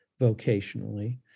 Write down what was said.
vocationally